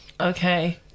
Okay